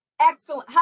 Excellent